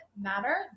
matter